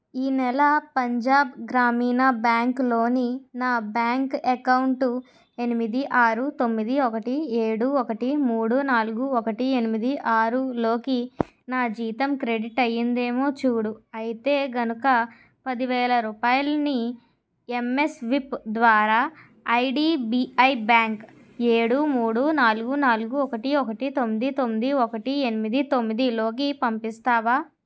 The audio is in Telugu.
ఈ నెల పంజాబ్ గ్రామీణ బ్యాంక్లోని నా బ్యాంక్ అకౌంటు ఎనిమిది ఆరు తొమ్మిది ఒకటి ఏడు ఒకటి మూడు నాలుగు ఒకటి ఎనిమిది ఆరు లోకి నా జీతం క్రెడిట్ అయ్యిందేమో చూడు అయితే కనుక పది వేల రూపాయలని ఎంఎస్విప్ ద్వారా ఐడిబిఐ బ్యాంక్ ఏడు మూడు నాలుగు నాలుగు ఒకటి ఒకటి తొమ్మిది తొమ్మిది ఒకటి ఎనిమిది తొమ్మిదిలోకి పంపిస్తావా